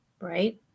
right